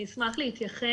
אני אשמח להתייחס.